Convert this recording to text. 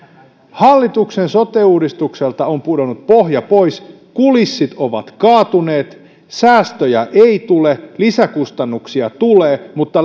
hallituksen sote uudistukselta on pudonnut pohja pois kulissit ovat kaatuneet säästöjä ei tule lisäkustannuksia tulee mutta